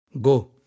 Go